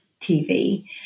tv